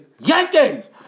Yankees